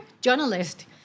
journalist